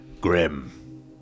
Grim